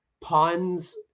ponds